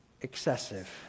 excessive